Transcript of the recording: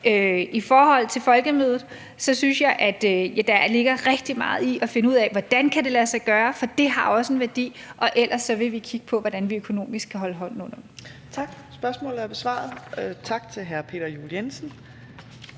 I forhold til Folkemødet synes jeg, at der ligger rigtig meget i at finde ud af, hvordan det kan lade sig gøre, for det har også en værdi. Og ellers vil vi kigge på, hvordan vi økonomisk kan holde hånden under det. Kl. 15:04 Fjerde næstformand (Trine